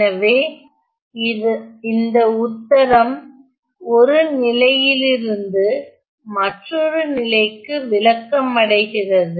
எனவே இந்த உத்தரம் ஒரு நிலையிலிருந்து மற்றொரு நிலைக்கு விலக்கமடைகிறது